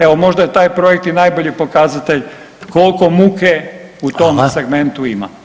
Evo možda je taj projekt i najbolji pokazatelj koliko muke u tom [[Upadica: Hvala.]] segmentu ima.